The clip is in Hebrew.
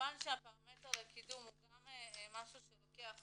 כמובן שהפרמטר לקידום הוא גם משהו שלוקח שנים,